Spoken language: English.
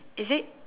is it